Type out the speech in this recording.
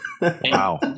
Wow